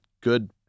good